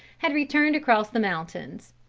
had returned across the moutains.